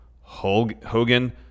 Hogan